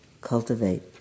cultivate